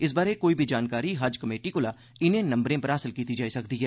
इस बारै कोई बी जानकारी हज कमेटी कोला इनें नम्बरें पर हासल कीती जाई सकदी ऐ